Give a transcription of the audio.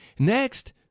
Next